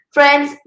Friends